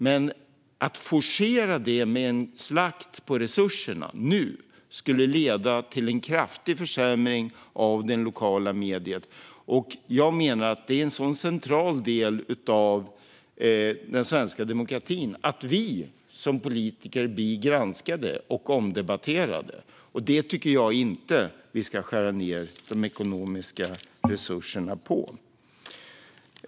Men att forcera det med en slakt på resurserna nu skulle leda till en kraftig försämring av det lokala mediet. Jag menar att det är en central del av den svenska demokratin att vi som politiker blir granskade och omdebatterade, och det tycker jag inte att vi ska skära ned de ekonomiska resurserna till.